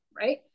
right